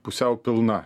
pusiau pilna